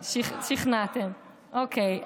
שכנעתי, אוקיי.